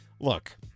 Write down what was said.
Look